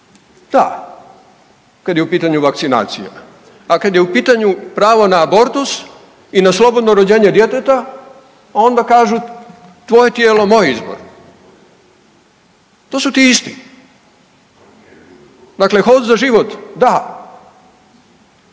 Da kad je u pitanju vakcinacija, a kad je u pitanju pravo na abortus i na slobodno rođenje djeteta onda kažu tvoje tijelo moj izbor. To su ti isti. Dakle, „Hod za život“ da,